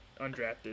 undrafted